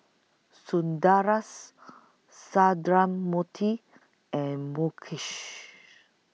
Sundaresh Sundramoorthy and Mukesh